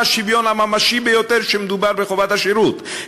השוויון הממשי ביותר כשמדובר בחובת השירות,